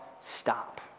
stop